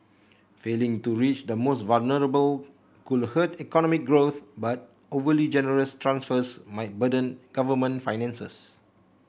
failing to reach the most vulnerable could hurt economic growth but overly generous transfers might burden government finances